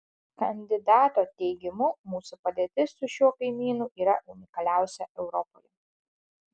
kandidato teigimu mūsų padėtis su šiuo kaimynu yra unikaliausia europoje